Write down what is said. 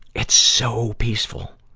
it's so peaceful.